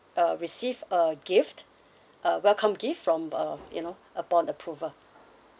uh receive a gift uh welcome gift from uh you know upon approval